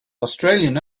australian